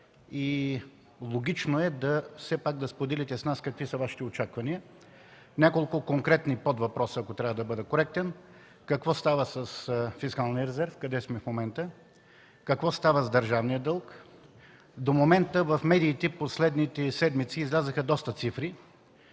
и логично е все пак да споделите с нас какви са Вашите очаквания. Няколко конкретни подвъпроса, ако трябва да бъда коректен: какво става с фискалния резерв; къде сме в момента; какво става с държавния дълг? До момента в медиите през последните седмици излязоха доста цифри